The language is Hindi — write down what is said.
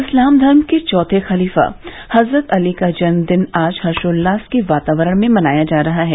इस्लाम धर्म के चौथे खलीफा हजरत अली का जन्म दिन आज हर्षोल्लास के वातावरण में मनाया जा रहा है